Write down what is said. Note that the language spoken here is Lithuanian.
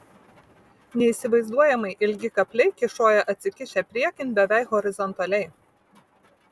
neįsivaizduojamai ilgi kapliai kyšojo atsikišę priekin beveik horizontaliai